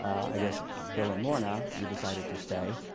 i guess, bill and lorna, you decided to stay.